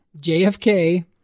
jfk